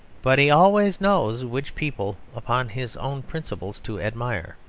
but he always knows which people upon his own principles to admire.